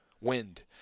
wind